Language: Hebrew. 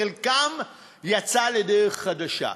חלקן יצאו לדרך חדשה.